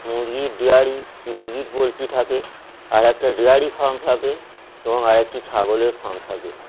মুরগি ডেয়ারি মুরগির পোল্ট্রি থাকে আর একটা ডেয়ারি ফার্ম থাকে এবং আরেকটি ছাগলের ফার্ম থাকে